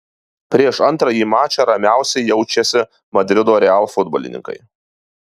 prieš antrąjį mačą ramiausiai jaučiasi madrido real futbolininkai